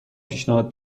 پیشنهاد